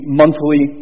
monthly